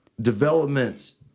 developments